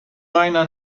bijna